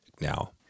now